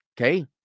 Okay